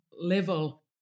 level